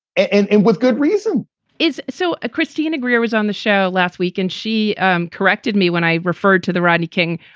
and and with good reason is so christina greer was on the show last week and she corrected me when i referred to the rodney king.